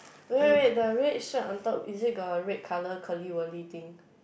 wait wait wait the red shirt on top is it got a red colour curly wurly thing